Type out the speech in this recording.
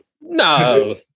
No